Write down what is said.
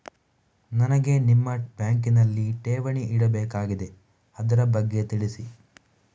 ನನಗೆ ನಿಮ್ಮ ಬ್ಯಾಂಕಿನಲ್ಲಿ ಠೇವಣಿ ಇಡಬೇಕಾಗಿದೆ, ಅದರ ಬಗ್ಗೆ ತಿಳಿಸಿ